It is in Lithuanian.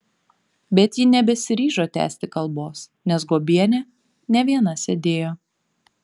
bet ji nebesiryžo tęsti kalbos nes guobienė ne viena sėdėjo